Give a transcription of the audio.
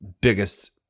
biggest